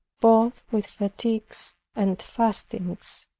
both with fatigues and fastings.